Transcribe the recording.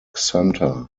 center